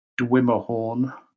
Dwimmerhorn